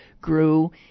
grew